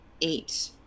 eight